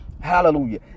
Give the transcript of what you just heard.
Hallelujah